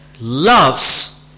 loves